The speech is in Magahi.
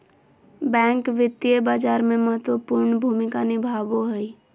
बैंक वित्तीय बाजार में महत्वपूर्ण भूमिका निभाबो हइ